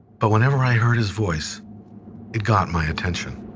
but whenever i heard his voice, it got my attention.